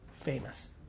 famous